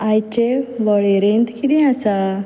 आयचे वळेरेंत किदें आसा